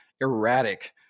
Erratic